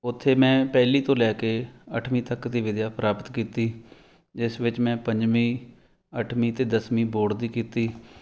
ਓਥੇ ਮੈਂ ਪਹਿਲੀ ਤੋਂ ਲੈ ਕੇ ਅੱਠਵੀਂ ਤੱਕ ਦੀ ਵਿੱਦਿਆ ਪ੍ਰਾਪਤ ਕੀਤੀ ਜਿਸ ਵਿੱਚ ਮੈਂ ਪੰਜਵੀਂ ਅੱਠਵੀਂ ਅਤੇ ਦਸਵੀਂ ਬੋਰਡ ਦੀ ਕੀਤੀ